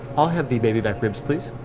i'll have the baby back ribs, please.